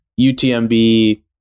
utmb